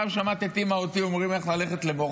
פעם שמעת את אימא או אותי אומרים לך ללכת למורג?